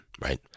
right